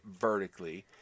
vertically